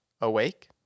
awake